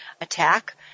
attack